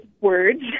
words